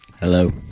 Hello